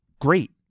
Great